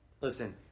Listen